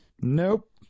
nope